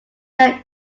there